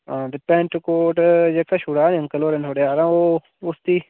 हां ते pant coat जेह्का छोड़ेआ नी अंकल होरें नुहाड़े आह्ला ओह् उसदी